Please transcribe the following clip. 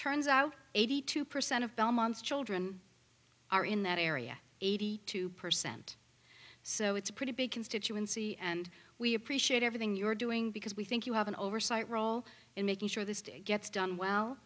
out eighty two percent of belmont's children are in that area eighty two percent so it's a pretty big constituency and we appreciate everything you're doing because we think you have an oversight role in making sure the state gets done well